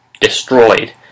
destroyed